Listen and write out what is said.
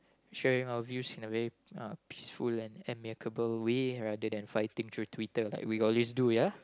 sharing our views in a very uh peaceful and amicable way rather than fighting through Twitter like we always do ya